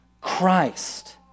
Christ